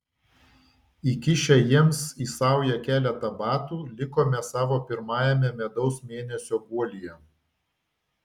įkišę jiems į saują keletą batų likome savo pirmajame medaus mėnesio guolyje